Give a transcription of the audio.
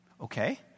Okay